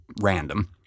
random